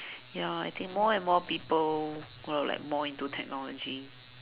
ya I think more and more people will like more into technology